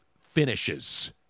finishes